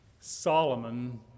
Solomon